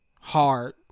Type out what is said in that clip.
Hard